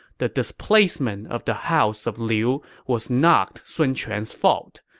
the displacement of the house of liu was not sun quan's fault.